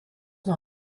nuo